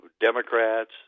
Democrats